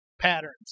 patterns